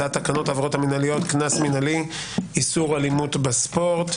הצעת תקנות העבירות המנהליות (קנס מינהלי - איסור אלימות בספורט).